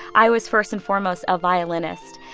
i was first and foremost a violinist.